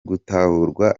gutahurwa